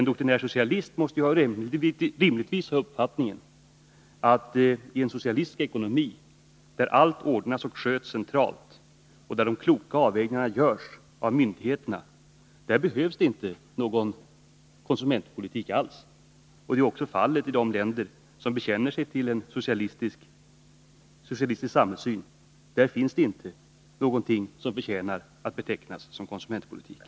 En doktrinär socialist måste rimligtvis ha uppfattningen att det i en socialistisk ekonomi, där allt ordnas och sköts centralt och där de kloka avvägningarna görs av myndigheterna, inte behövs någon konsumentpolitik alls. Så är också fallet i de länder som bekänner sig till en socialistisk samhällssyn — där finns inte någonting som förtjänar att betecknas som konsumentpolitik.